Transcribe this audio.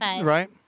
right